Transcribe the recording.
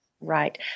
Right